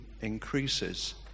increases